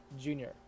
junior